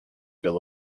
bill